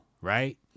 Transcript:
right